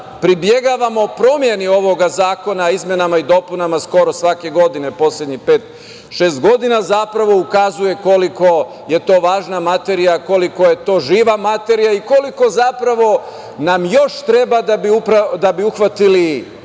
pribegavamo promeni ovog zakona o izmenama i dopunama skoro svake godine, poslednjih pet ili šest godina, zapravo ukazuje koliko je to važna materija, živa materija i koliko zapravo nam još treba da bi uhvatili pravi